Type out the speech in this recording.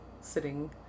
sitting